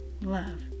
love